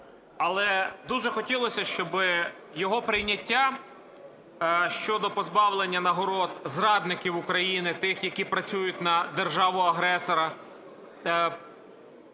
Але дуже хотілося, щоб його прийняття щодо позбавлення нагород зрадників України, тих, які працюють на державу-агресора,